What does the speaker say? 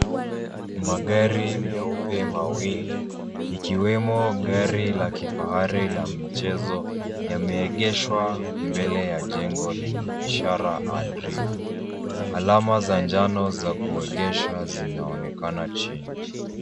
Magari meupe mawili likiwemo gari la kifahari la michezo yameeegeshwa mbele ya jengo lenye ishara hali refu. Alama za jano za kuengesha zinaonekana chini.